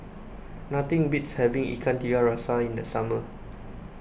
nothing beats having Ikan Tiga Rasa in the summer